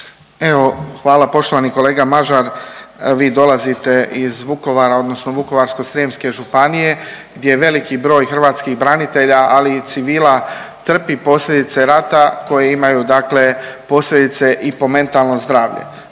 Evo hvala poštovani kolega Mažar. Vi dolazite iz Vukovara, odnosno Vukovarsko-srijemske županije gdje je veliki broj hrvatskih branitelja ali i civila trpi posljedice rata koje imaju, dakle posljedice i po mentalno zdravlje.